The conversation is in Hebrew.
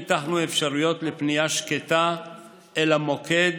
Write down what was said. פיתחנו אפשרויות לפנייה שקטה אל המוקד,